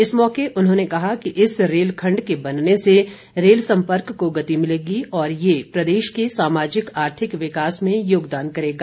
इस मौके उन्होंने कहा कि इस रेल खंड के बनने से रेल सम्पर्क को और गति मिलेगी और ये प्रदेश के सामाजिक आर्थिक विकास में योगदान करेगा